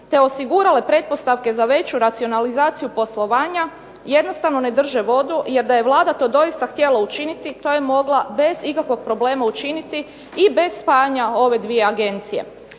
te osigurale pretpostavke za veću racionalizaciju poslovanja jednostavno ne drže vodu, jer da je Vlada to doista htjela učiniti to je mogla bez ikakvog problema učiniti i bez spajanja ove dvije agencije.